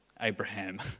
Abraham